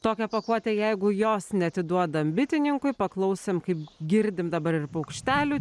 tokią pakuotę jeigu jos neatiduodam bitininkui paklausėm kaip girdim dabar ir paukštelių